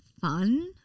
fun